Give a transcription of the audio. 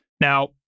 Now